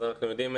אז אנחנו יודעים,